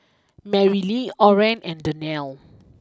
Merrilee Oren and Danelle